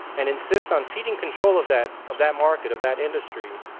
and insists on ceding control of that of that market, of that industry,